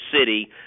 city